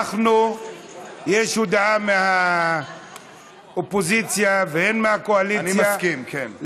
יש הודעה מהאופוזיציה ומהקואליציה, אני מסכים, כן.